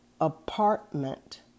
apartment